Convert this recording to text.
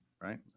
right